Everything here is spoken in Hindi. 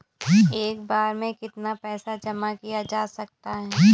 एक बार में कितना पैसा जमा किया जा सकता है?